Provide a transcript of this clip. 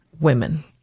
women